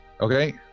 Okay